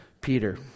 Peter